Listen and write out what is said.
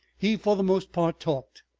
he for the most part talked,